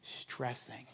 Stressing